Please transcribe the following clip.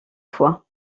fois